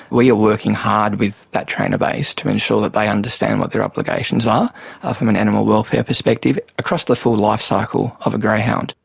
we are working hard with that trainer base to ensure that they understand what their obligations are ah from an animal welfare perspective across the full life cycle of a greyhound.